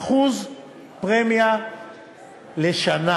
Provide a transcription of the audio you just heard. אדוני היושב-ראש,